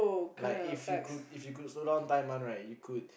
like if you could if you could slow down time one right you could